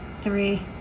Three